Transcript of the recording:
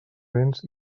béns